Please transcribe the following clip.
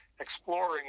exploring